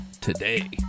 today